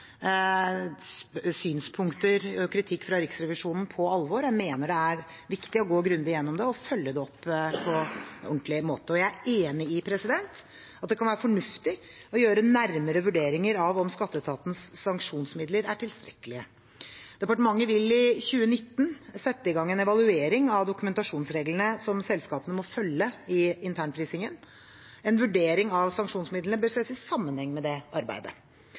synspunkter og kritikk fra Riksrevisjonen på alvor. Jeg mener det er viktig å gå grundig gjennom det og følge det opp på en ordentlig måte, og jeg er enig i at det kan være fornuftig å gjøre nærmere vurderinger av om skatteetatens sanksjonsmidler er tilstrekkelige. Departementet vil i 2019 sette i gang en evaluering av dokumentasjonsreglene som selskapene må følge i internprisingen. En vurdering av sanksjonsmidlene bør ses i sammenheng med dette arbeidet.